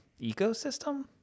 ecosystem